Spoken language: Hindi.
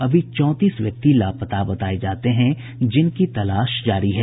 अभी चौबीस व्यक्ति लापता बताये जाते हैं जिनकी तलाश जारी है